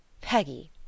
Peggy